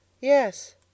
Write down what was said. Yes